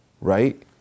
right